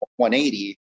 180